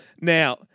Now